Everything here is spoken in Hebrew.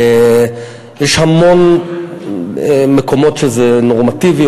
יש המון מקומות שזה נורמטיבי,